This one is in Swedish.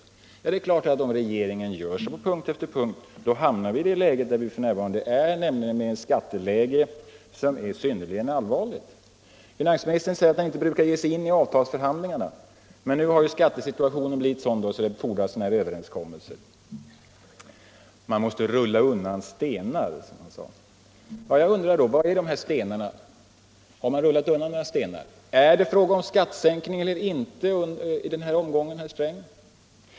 Det är klart att om regeringen gör så i punkt efter punkt då hamnar vi i det läge där vi f.n. är, nämligen i ett skatteläge som är synnerligen allvarligt. Finansministern säger att han inte brukar ge sig in i avtalsförhandlingarna. Men nu har skattesituationen blivit sådan att det fordras en sådan här överenskommelse — man måste rulla undan stenar, som han sade. Jag undrar då vilka dessa stenar är. Har man rullat undan några stenar? Är det fråga om skattesänkning eller inte i den här omgången, herr Sträng?